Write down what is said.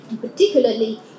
particularly